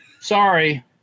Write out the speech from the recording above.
Sorry